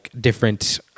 different